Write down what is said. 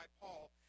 Paul